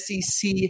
SEC